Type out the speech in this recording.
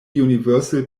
universal